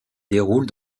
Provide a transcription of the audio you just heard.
déroulent